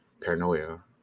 paranoia